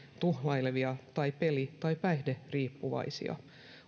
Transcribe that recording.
tuhlailevia tai peli tai päihderiippuvaisia